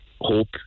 hope